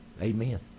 Amen